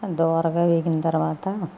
దోరగా వేగిన తర్వాత